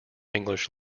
english